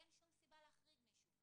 אין שום סיבה להחריג מישהו.